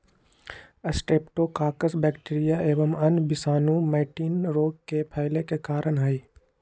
streptococcus bacteria एवं अन्य विषाणु मैटिन रोग के फैले के कारण हई